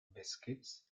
biscuits